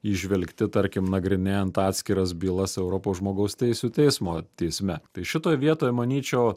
įžvelgti tarkim nagrinėjant atskiras bylas europos žmogaus teisių teismo teisme tai šitoj vietoj manyčiau